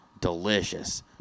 delicious